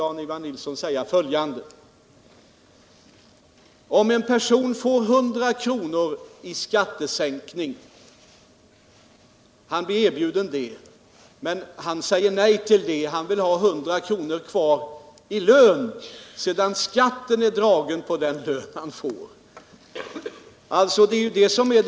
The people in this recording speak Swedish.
Jag vill trots det säga följande till Jan-Ivan Nilsson: Hur mycket behöver en arbetsgivare betala i löneökning för att ge en person 100 kr. kvar när skatten är dragen? Det är det frågan gäller.